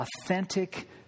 authentic